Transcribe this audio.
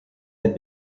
had